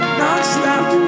nonstop